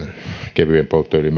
kevyen polttoöljyn